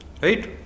right